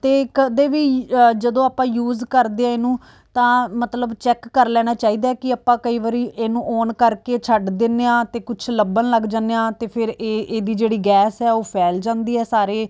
ਅਤੇ ਕਦੇ ਵੀ ਜਦੋਂ ਆਪਾਂ ਯੂਜ਼ ਕਰਦੇ ਹਾਂ ਇਹਨੂੰ ਤਾਂ ਮਤਲਬ ਚੈੱਕ ਕਰ ਲੈਣਾ ਚਾਹੀਦਾ ਕਿ ਆਪਾਂ ਕਈ ਵਰੀ ਇਹਨੂੰ ਓਨ ਕਰਕੇ ਛੱਡ ਦਿੰਦੇ ਹਾਂ ਅਤੇ ਕੁਛ ਲੱਭਣ ਲੱਗ ਜਾਂਦੇ ਹਾਂ ਤਾਂ ਫਿਰ ਇਹ ਇਹਦੀ ਜਿਹੜੀ ਗੈਸ ਉਹ ਫੈਲ ਜਾਂਦੀ ਹੈ ਸਾਰੇ